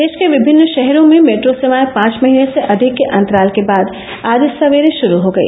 देश के विभिन्न शहरों में मेट्रो सेवाएं पांच महीने से अधिक के अंतराल के बाद आज सवेरे शुरू हो गई